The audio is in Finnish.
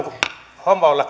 kun homolaki